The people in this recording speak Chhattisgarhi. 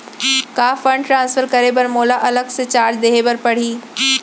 का फण्ड ट्रांसफर करे बर मोला अलग से चार्ज देहे बर परही?